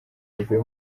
bivuye